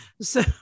So-